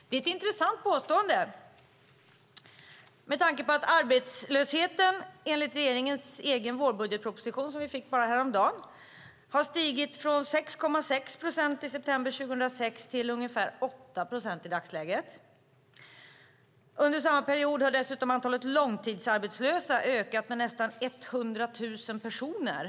Det är ett intressant påstående med tanke på att arbetslösheten enligt regeringens vårbudgetproposition, som vi fick bara häromdagen, har stigit från 6,6 procent i september 2006 till ungefär 8 procent i dagsläget. Under samma period har dessutom antalet långtidsarbetslösa ökat med nästan 100 000 personer.